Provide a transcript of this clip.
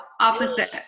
opposite